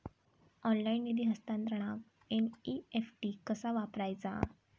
Online निधी हस्तांतरणाक NEFT कसा वापरायचा?